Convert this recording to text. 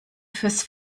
fürs